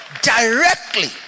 directly